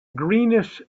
greenish